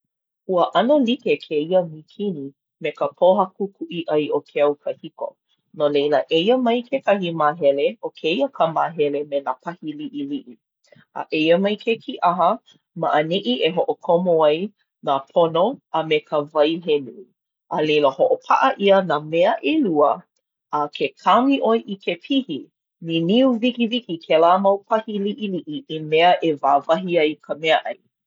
Ua ʻano like kēia mīkini me ka pōhaku kuʻi ʻai o ke au kahiko. No leila, eia mai kekahi māhele, ʻo kēia ka māhele me nā pahi liʻiliʻi. A eia mai ke kīʻaha, ma ʻaneʻi e hoʻokomo ai nā pono a me ka wai he nui. A leila hoʻopaʻa ʻia nā mea ʻelua a ke kaomi ʻoe i ke pihi, niniu wikiwiki kēlā mau pahi liʻiliʻi i mea e wāwahi ai ka meaʻai.